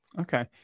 Okay